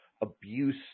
abuse